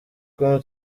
com